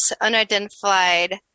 unidentified